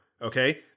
Okay